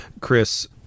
chris